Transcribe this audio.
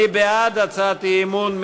מי בעד הצעת האי-אמון?